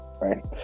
right